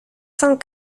cent